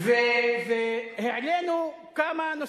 העלינו כמה נושאים,